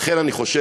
לכן אני חושב,